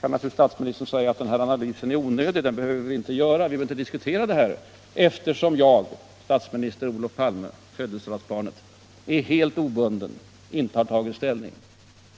Nu kan statsministern naturligtvis säga: Den här analysen är onödig —- den behöver vi inte göra. Vi behöver inte diskutera det här eftersom jag, statsminister Olof Palme, födelsedagsbarnet, är helt obunden, inte har tagit ställning.